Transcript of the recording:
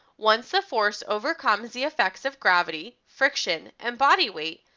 once the force overcomes the effects of gravity, friction, and bodyweight,